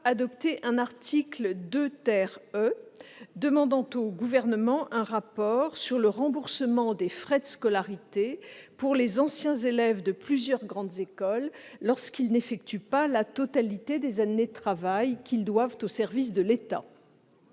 adopté un article 2 E demandant au Gouvernement un rapport sur le remboursement des frais de scolarité pour les anciens élèves de plusieurs grandes écoles lorsque ceux-ci n'effectuent pas la totalité des années de travail qu'ils doivent au service de l'État.